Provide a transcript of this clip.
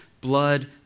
blood